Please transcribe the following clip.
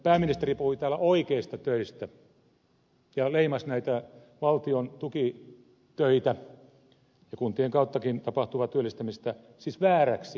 pääministeri puhui täällä oikeista töistä ja leimasi nämä valtion tukityöt ja kuntien kauttakin tapahtuvan työllistämisen siis vääräksi työksi